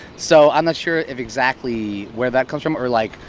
so i'm not sure if exactly where that comes from. or, like,